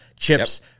chips